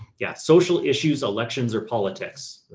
yeah. social issues, elections or politics. um,